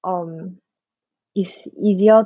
um it's easier